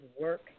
work